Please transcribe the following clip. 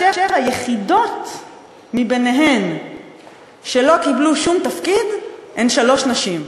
אשר היחידות בהן שלא קיבלו שום תפקיד הן שלוש נשים.